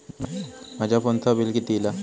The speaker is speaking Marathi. माझ्या फोनचा बिल किती इला?